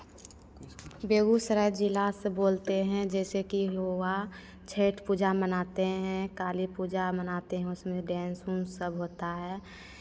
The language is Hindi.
बेगूसराय जिला से बोलते हैं जैसे कि हुआ छठ पूजा मनाते हैं काली पूजा मनाते हैं उसमें डांस ऊंस सब होता है